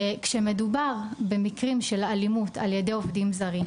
כשמדובר במקרים של אלימות על ידי עובדים זרים,